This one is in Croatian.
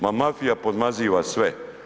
Ma mafija podmaziva sve.